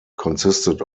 consisted